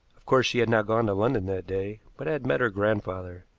of course she had not gone to london that day, but had met her grandfather,